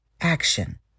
action